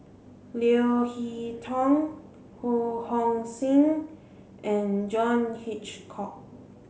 Leo Hee Tong Ho Hong Sing and John Hitchcock